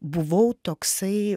buvau toksai